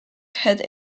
had